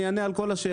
אני אענה על כל השאלות,